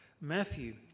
Matthew